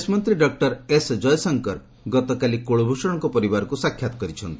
ବିଦେଶ ମନ୍ତ୍ରୀ doctor S Jaishankar ଗତକାଲି କୁଳଭ୍ ଷଣଙ୍କ ପରିବାରକୁ ସାକ୍ଷାତ କରିଛନ୍ତି